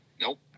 Nope